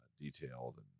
detailed